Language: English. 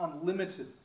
unlimited